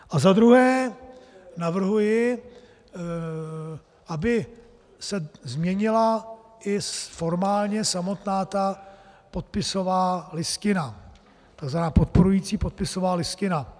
A za druhé navrhuji, aby se změnila i formálně samotná ta podpisová listina, to znamená podporující podpisová listina.